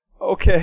Okay